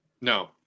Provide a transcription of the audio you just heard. No